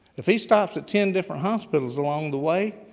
if he stops at ten different hospitals along the way,